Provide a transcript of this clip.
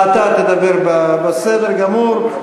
אתה תדבר, בסדר גמור.